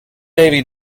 navy